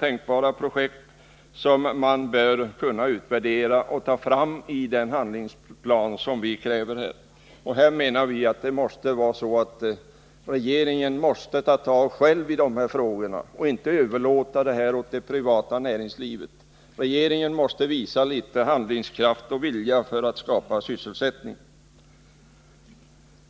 tänkbara projekt som bör utvärderas och prövas i den handlingsplan som vi kräver. Vi anser att regeringen själv måste ta tag i de frågorna i stället för att överlåta dem åt det privata näringslivet. Regeringen måste visa handlingskraft och vilja att skapa sysselsättning.